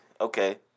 Okay